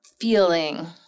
feeling